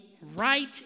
right